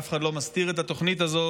אף אחד לא מסתיר את התוכנית הזאת.